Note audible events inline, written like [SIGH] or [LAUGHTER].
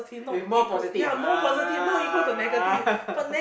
if more positive ah [LAUGHS]